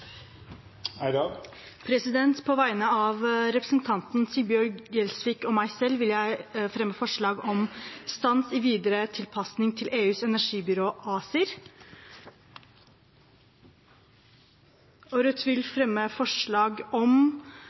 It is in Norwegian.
På vegne av representanten Sigbjørn Gjelsvik og meg selv vil jeg fremme forslag om stans i videre tilpasning til EUs energibyrå ACER. Rødt vil fremme forslag om